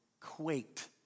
quaked